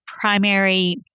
primary